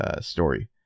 story